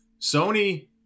Sony